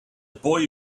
boy